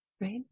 right